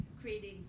creating